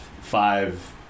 Five